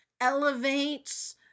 elevates